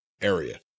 area